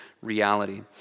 reality